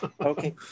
Okay